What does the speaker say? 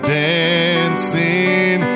dancing